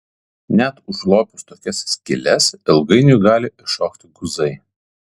net užlopius tokias skyles ilgainiui gali iššokti guzai